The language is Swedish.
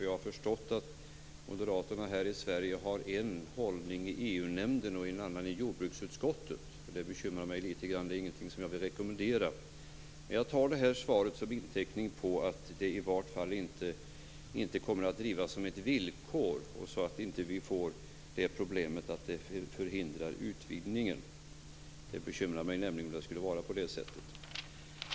Jag har förstått att Moderaterna här i Sverige har en hållning i EU nämnden och en annan i jordbruksutskottet. Det bekymrar mig litet grand. Det är ingenting som jag vill rekommendera. Jag tar svaret som inteckning på att det i varje fall inte kommer att ställas något villkor. Vi får inte förhindra utvidgningen. Det bekymrar mig nämligen om det skulle vara på det sättet.